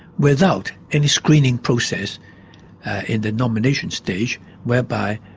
without any screening process in the nomination stage whereby